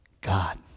God